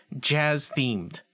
jazz-themed